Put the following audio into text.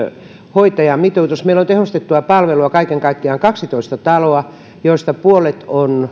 hoitajamitoitus meillä on tehostettua palvelua kaiken kaikkiaan kaksitoista taloa joista puolet ovat